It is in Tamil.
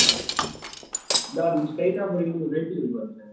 ஆ சார் நீங்கள் ஸ்ட்ரைட்டா போனீங்கன்னால் ஒரு ரைட்டு தெரியுது பாருங்கள் சார்